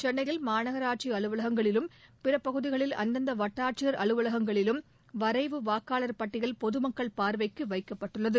சென்னையில் மாநகராட்சி அலுவலகங்களிலும் பிற பகுதிகளில் அந்தந்த வட்டாட்சியர் அலுவலகங்களிலும் வரைவு வாக்காளர் பட்டியல் பொதுமக்கள் பார்வைக்கு வைக்கப்பட்டுள்ளது